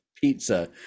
pizza